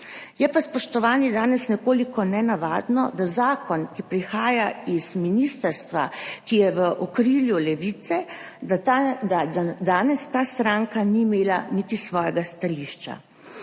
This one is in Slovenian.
Je pa, spoštovani, danes nekoliko nenavadno, da za zakon, ki prihaja z ministrstva, ki je v okrilju Levice, danes ta stranka ni imela niti svojega stališča.